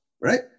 right